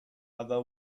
other